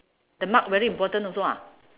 the mark very important also ah